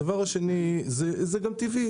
הדבר השני, זה גם טבעי.